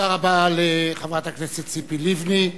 תודה רבה לחברת הכנסת ציפי לבני,